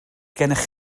gennych